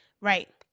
right